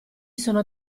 sono